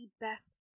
best